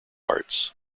arts